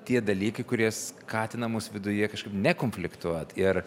tie dalykai kurie skatina mus viduje kažkaip nekonfliktuot ir